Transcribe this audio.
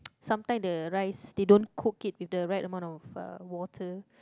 sometime the rice they don't cook it with the right amount of uh water